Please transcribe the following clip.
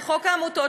לחוק העמותות,